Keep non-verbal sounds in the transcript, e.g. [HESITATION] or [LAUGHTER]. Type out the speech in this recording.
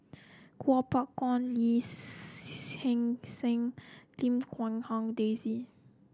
Kuo Pao Kun Lee [HESITATION] Hee Seng Lim Quee Hong Daisy